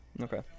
Okay